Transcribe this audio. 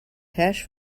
hash